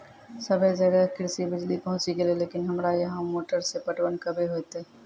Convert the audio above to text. सबे जगह कृषि बिज़ली पहुंची गेलै लेकिन हमरा यहाँ मोटर से पटवन कबे होतय?